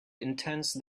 intense